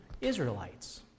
Israelites